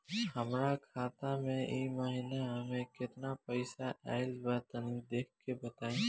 हमरा खाता मे इ महीना मे केतना पईसा आइल ब तनि देखऽ क बताईं?